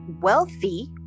wealthy